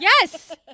Yes